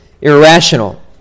irrational